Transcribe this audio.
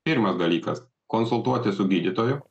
pirmas dalykas konsultuotis su gydytoju